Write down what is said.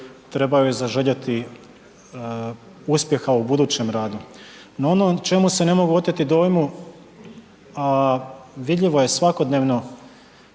treba joj zaželjeti uspjeha u budućem radu. No ono čemu se ne mogu oteti dojmu a vidljivo je svakodnevno